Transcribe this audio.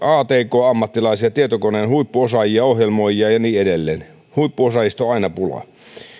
atk ammattilaisia tietokoneiden huippuosaajia ohjelmoijia ja niin edelleen huippuosaajista on aina pulaa